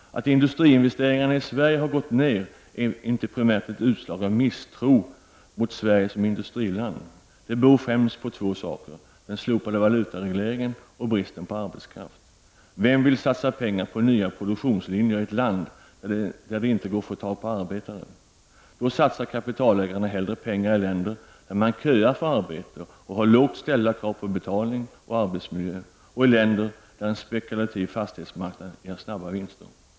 Att industriinvesteringarna i Sverige har gått ner är inte ett primärt utslag av misstro mot Sverige som industriland. Det beror främst på två saker: den slopade valutaregleringen och bristen på arbetskraft. Vem vill satsa pengar på nya produktionslinjer i ett land där det inte går att få tag i arbetare? Nej, då satsar kapitalägarna hellre sina pengar i länder där man köar för arbete och ställer låga krav på betalning och arbetsmiljö och där en spekulativ fastighetsmarknad ger snabba vinster.